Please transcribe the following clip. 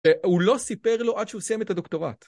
הוא לא סיפר לו עד שהוא סיים את הדוקטורט.